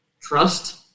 trust